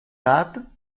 tata